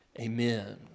Amen